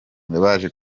baje